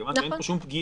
כיוון שאין פה פגיעה,